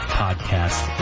podcast